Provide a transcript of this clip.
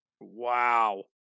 Wow